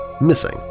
missing